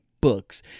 books